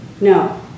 No